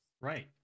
Right